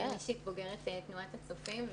אני אישית בוגרת תנועת הצופים,